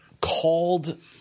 called